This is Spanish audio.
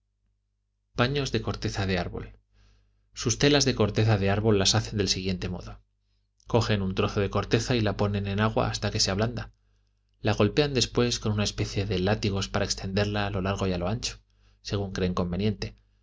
paños de corteza de árbol sus telas de corteza de árbol las hacen del siguiente modo cogen un trozo de corteza y a ponen en agua hasta que se ablanda la golpean después con una especie de látigos para extenderla a lo largo y a lo ancho según creen